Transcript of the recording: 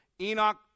Enoch